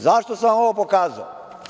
Zašto sam vam ovo pokazao?